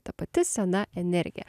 ta pati sena energija